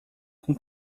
com